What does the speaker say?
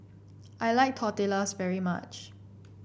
I like Tortillas very much